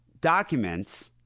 documents